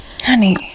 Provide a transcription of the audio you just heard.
Honey